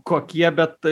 kokie bet